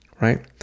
right